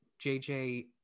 JJ